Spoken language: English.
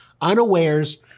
unawares